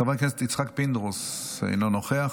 חבר הכנסת יצחק פינדרוס, אינו נוכח.